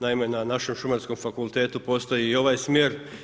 Naime, na našem Šumarskom fakultetu postoji i ovaj smjer.